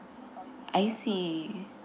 I see